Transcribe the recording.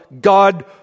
God